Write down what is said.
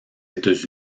états